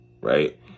right